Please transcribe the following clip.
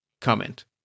comment